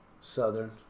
Southern